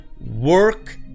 work